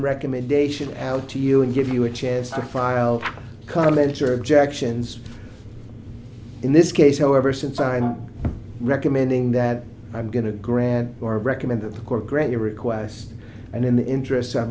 recommendation out to you and give you a chance to file comment your objections in this case however since i'm recommending that i'm going to grant or recommend that the court grant your request and in the interest o